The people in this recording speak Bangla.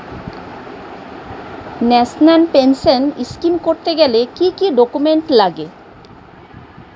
ন্যাশনাল পেনশন স্কিম করতে গেলে কি কি ডকুমেন্ট লাগে?